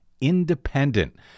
independent